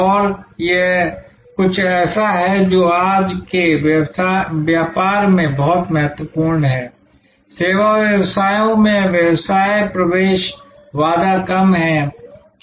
और यह कुछ ऐसा है जो आज के व्यापार में बहुत महत्वपूर्ण है सेवा व्यवसायों में व्यवसाय प्रवेश बाधा कम है